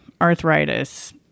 arthritis